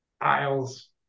Isles